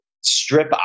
strip